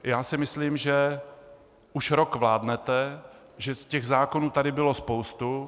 Já si myslím, že už rok vládnete, že zákonů tady bylo spoustu.